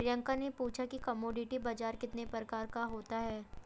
प्रियंका ने पूछा कि कमोडिटी बाजार कितने प्रकार का होता है?